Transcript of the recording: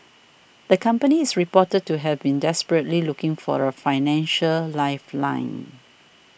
the company is reported to have been desperately looking for a financial lifeline